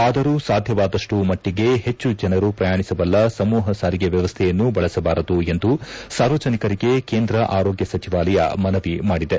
ಆದರೂ ಸಾಧ್ಯವಾದಷ್ಟೂ ಮಟ್ಟಿಗೆ ಹೆಚ್ಚು ಜನರು ಪ್ರಯಾಣಿಸಬಲ್ಲ ಸಮೂಪ ಸಾರಿಗೆ ವ್ಯವಸ್ಥೆಯನ್ನು ಬಳಸಬಾರದು ಎಂದು ಸಾರ್ವಜನಿಕರಿಗೆ ಕೇಂದ್ರ ಆರೋಗ್ಯ ಸಚಿವಾಲಯ ಮನವಿ ಮಾಡಿದೆ